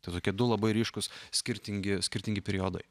tai tokie du labai ryškūs skirtingi skirtingi periodai